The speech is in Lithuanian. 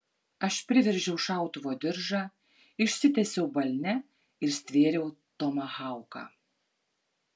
aš priveržiau šautuvo diržą išsitiesiau balne ir stvėriau tomahauką